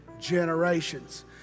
generations